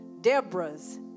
Deborah's